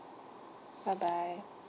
bye bye